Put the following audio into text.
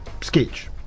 sketch